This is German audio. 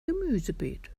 gemüsebeet